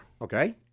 Okay